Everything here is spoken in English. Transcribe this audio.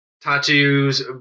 tattoos